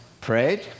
prayed